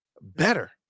better